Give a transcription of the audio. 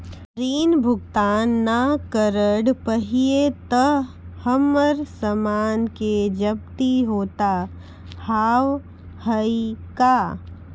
ऋण भुगतान ना करऽ पहिए तह हमर समान के जब्ती होता हाव हई का?